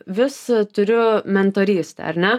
vis turiu mentorystę ar ne